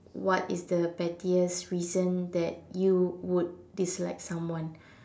what is the pettiest reason that you would dislike someone